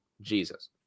Jesus